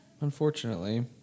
Unfortunately